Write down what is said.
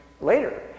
later